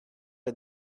est